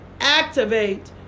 activate